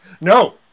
no